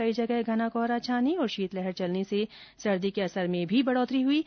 कई जगह घना कोहरा छाने और शीतलहर चलने से सर्दी के असर में भी बढ़ोतरी हुई है